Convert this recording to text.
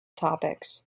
topics